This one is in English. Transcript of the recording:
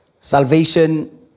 Salvation